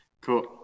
cool